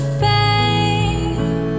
fame